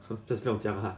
!huh! 不要讲 lah